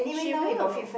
she will